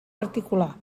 particular